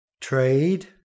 trade